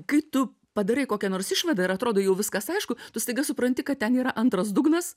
kai tu padarai kokią nors išvadą ir atrodo jau viskas aišku tu staiga supranti kad ten yra antras dugnas